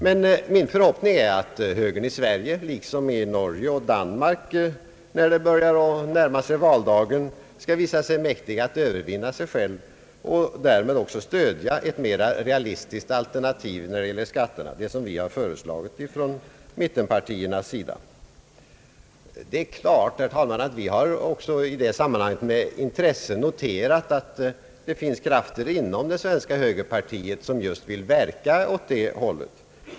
Men min förhoppning är att högern i Sverige — liksom fallet har varit i Norge och Danmark — skall visa sig mäktig en självövervinnelse när valdagen börjar närma sig, så att man kan stödja ett mera realistiskt skattealternativ, nämligen det som mittenpartierna har föreslagit. Det är klart, herr talman, att vi med intresse noterat existensen av krafter inom den svenska högern som vill verka just åt det hållet.